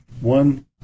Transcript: One